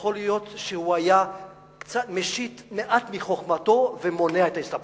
יכול להיות שהוא היה משיט מעט מחוכמתו ומונע את ההסתבכות.